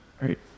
Right